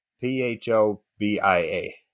p-h-o-b-i-a